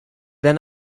then